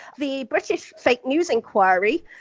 the british fake news inquiry.